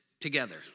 together